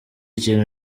kintu